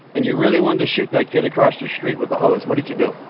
and you really wanted to shoot that kid across the street with the hose. what did you do?